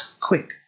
Quick